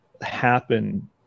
happen